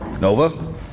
Nova